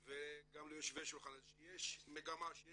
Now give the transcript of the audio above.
וגם ליושבי השולחן הזה שיש מגמה, שיש